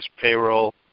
payroll